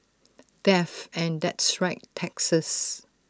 death and that's right taxes